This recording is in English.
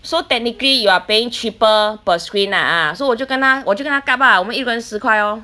so technically you are paying cheaper per screen lah ah so 我就跟她我就跟他 gub ah 我们一个人十块 lor